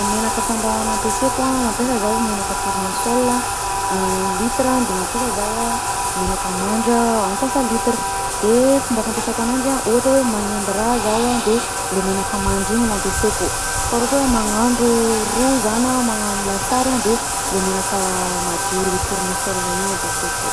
Ny menaka andrahoana ampesaiko a, mampiasa zaho menaka tournesol un litre a de mampiasa zaho a menaka mandry an antsasa-litre, de fomba fampiasako ananjy a, ohatra hoe manendy raha zaho a de menaka mandry ampiasaiko de menaka mandry ampiasaiko, fa raha ohatra hoe magn-handro ro zaho na magnano lasary a de le menaka madio le tournesol igny ampiasaiko.